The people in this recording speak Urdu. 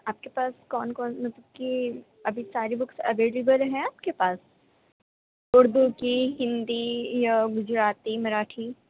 آپ کے پاس کون کون مطلب کی ابھی ساری بکس اویلیبل ہیں آپ کے پاس اردو کی ہندی یا گجراتی مراٹھی